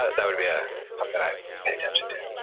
ah that would be ah something i'd pay attention to.